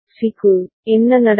C க்கு என்ன நடக்கும்